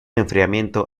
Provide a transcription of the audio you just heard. enfriamiento